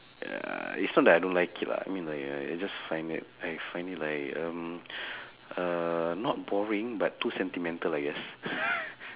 ya it's not that I don't like it lah I mean like I I just find it I find it like um uh not boring but too sentimental I guess